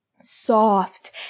Soft